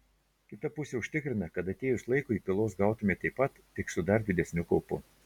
kita pusė užtikrina kad atėjus laikui pylos gautumei taip pat tik su dar didesniu kaupu